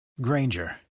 Granger